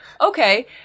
okay